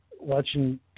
watching